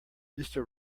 mister